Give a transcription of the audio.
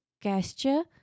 gesture